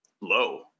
low